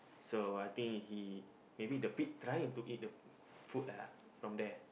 so I think he maybe the pig trying to eat the food lah from there